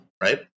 right